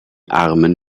armen